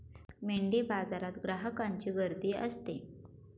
मेंढीबाजारात ग्राहकांची गर्दी असते